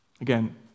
Again